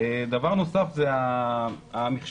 דבר נוסף זה המכשור.